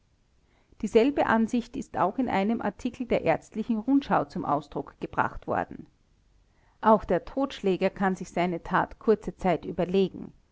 dieselbe ansicht ist auch in einem artikel der ärztlichen rundschau zum ausdruck gebracht worden auch der totschläger kann sich seine tat kurze zeit überlegen